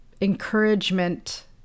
encouragement